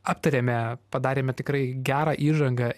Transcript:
aptarėme padarėme tikrai gerą įžangą